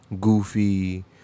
goofy